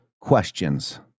questions